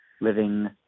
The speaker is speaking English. living